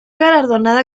galardonada